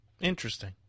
Interesting